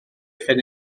phen